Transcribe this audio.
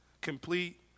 complete